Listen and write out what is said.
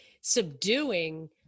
subduing